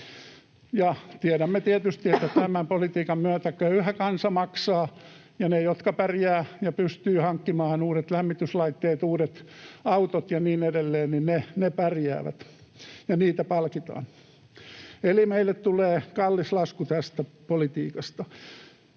Tiedämme tietysti, että tämän politiikan myötä köyhä kansa maksaa ja ne, jotka pärjäävät ja pystyvät hankkimaan uudet lämmityslaitteet, uudet autot ja niin edelleen, pärjäävät ja heitä palkitaan, eli meille tulee kallis lasku tästä politiikasta.